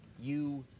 you.